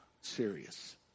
serious